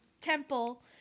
temple